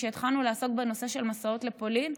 כשהתחלנו לעסוק בנושא של מסעות לפולין,